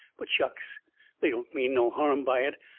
but shucks they don't mean no harm by it!